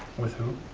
with who?